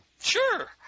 Sure